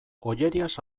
ollerias